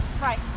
right